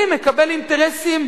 אני מקבל אינטרסים